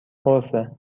قرصه